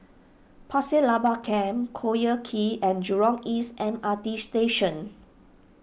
Pasir Laba Camp Collyer Quay and Jurong East M R T Station